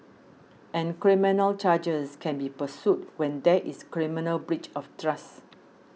and criminal charges can be pursued when there is criminal breach of trust